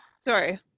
sorry